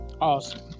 Awesome